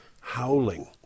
howling